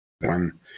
One